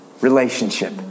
Relationship